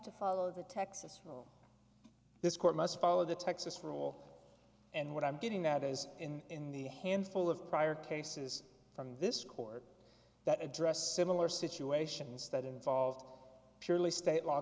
to follow the texas from this court must follow the texas rule and what i'm getting at is in in the handful of prior cases from this court that address similar situations that involved purely state law